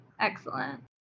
excellent